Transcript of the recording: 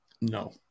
No